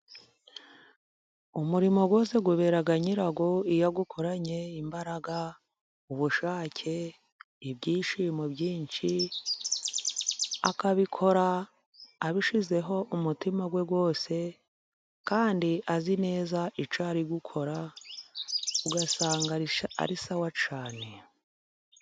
Umurimo wose ubera nyirawo iyo awukoranye imbaraga, ubushake ibyishimo byinshi, akabikora abishyizeho umutima we wose kandi azi neza icyo ari gukora, ugasanga ari sawa cyane.